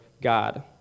god